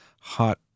hot